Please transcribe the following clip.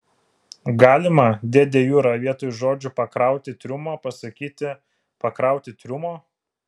galima dėde jura vietoj žodžių pakrauti triumą pasakyti pakrauti triumo